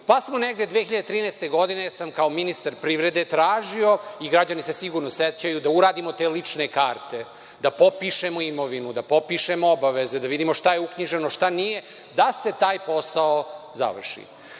pa smo, negde 2013. godine sam kao ministar privrede tražio, i građani se sigurno sećaju, da uradimo te lične karte, da popišemo imovinu, da popišemo obaveze, da vidimo šta je uknjiženo, šta nije, da se taj posao